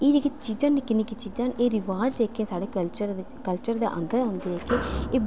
एह् जेह्कियां चीजां न निक्की निक्की चीजां न एह् रवाज जेह्के साढ़े कल्चर दे अंदर औंदे